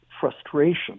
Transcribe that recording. frustration